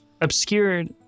obscured